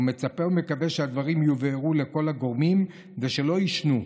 ומצפה ומקווה שהדברים יובהרו לכל הגורמים ושלא יישנו.